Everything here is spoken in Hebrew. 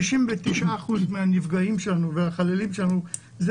99% מהנפגעים שלנו והחללים שלנו זה